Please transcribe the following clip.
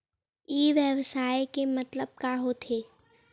ई व्यवसाय के मतलब का होथे?